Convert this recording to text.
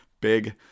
Big